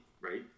right